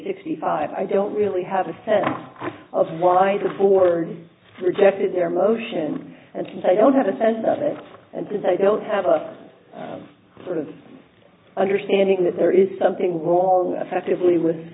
sixty five i don't really have a sense of why the four rejected their motion and since i don't have a sense of it and because i don't have a sort of understanding that there is something wrong affectively with